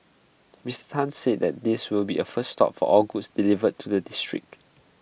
Mister Tan said that this will be A first stop for all goods delivered to the district